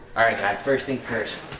guys first thinkers